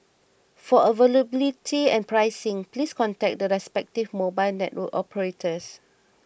for availability and pricing please contact the respective mobile network operators